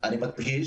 אני מדגיש,